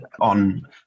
on